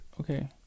Okay